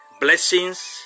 blessings